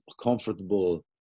comfortable